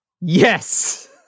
yes